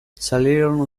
salirono